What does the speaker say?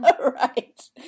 right